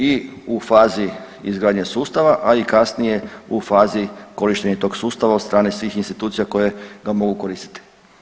I u fazi izgradnje sustava, a i kasnije u fazi korištenja tog sustava od strane svih institucija koje ga mogu koristiti.